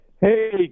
Hey